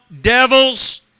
devils